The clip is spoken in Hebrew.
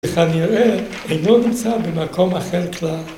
‫שכנראה אינו נמצא במקום אחר כלל.